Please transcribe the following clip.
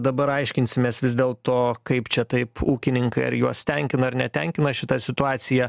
dabar aiškinsimės vis dėl to kaip čia taip ūkininkai ar juos tenkina ar netenkina šita situacija